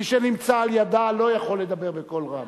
מי שנמצא לידה לא יכול לדבר בקול רם.